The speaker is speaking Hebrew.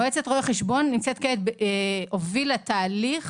מועצת רואי החשבון הובילה תהליך